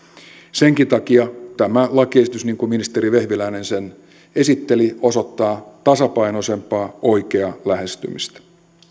senkin takia tämä lakiesitys niin kuin ministeri vehviläinen sen esitteli osoittaa tasapainoisempaa oikeaa lähestymistä